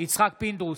יצחק פינדרוס,